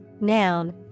Noun